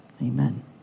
Amen